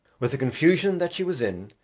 with the confusion that she was in,